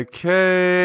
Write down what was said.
Okay